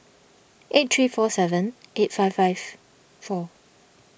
eight three four seven eight five five four